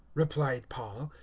replied paul,